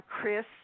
Chris